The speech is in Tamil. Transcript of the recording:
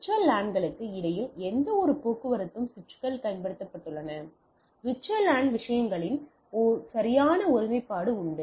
VLAN களுக்கு இடையில் எந்தவொரு போக்குவரத்தையும் சுவிட்சுகள் கட்டுப்படுத்தாது VLAN விஷயங்களின் சரியான ஒருமைப்பாடு உண்டு